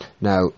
Now